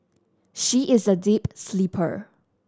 she is a deep sleeper